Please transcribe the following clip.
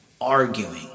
arguing